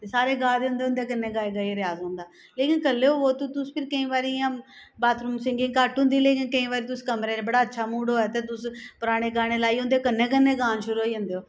ते सारे गा दे होंदे ते उंदे कन्नै गाई गाइयै रेयाज होंदा लेकिन कल्ले होवो ते तुस इयां केईं बारी बाथरूम सिंगग घट्ट होंदी लेकिन केईं बारी तुस कमरे बड़ा अच्छा मूड होवे ते तुस पराने गाने लाइयै उं'दे कन्नै कन्नै गान शरू होई जंदे ओ